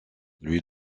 lui